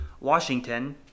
Washington